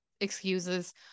excuses